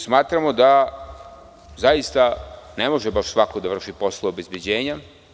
Smatramo da ne može baš svako da vrši poslove obezbeđenja.